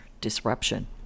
disruption